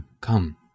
come